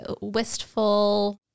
wistful